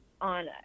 on